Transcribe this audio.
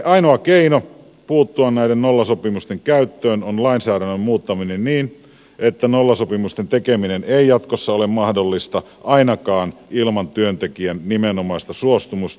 ainoa keino puuttua näiden nollasopimusten käyttöön on lainsäädännön muuttaminen niin että nollasopimusten tekeminen ei jatkossa ole mahdollista ainakaan ilman työntekijän nimenomaista suostumusta